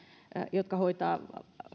jotka hoitavat